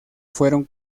fueron